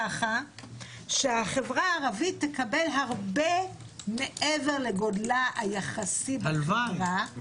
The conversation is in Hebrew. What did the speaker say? כך שהחברה הערבית תקבל הרבה מעבר לגודלה היחסי בחברה --- הלוואי,